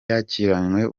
yakiranywe